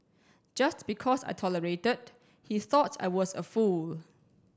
just because I tolerated he thought I was a fool